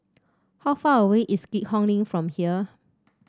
how far away is Keat Hong Link from here